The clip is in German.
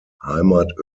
heimat